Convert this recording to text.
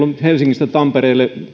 on helsingistä tampereelle